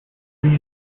green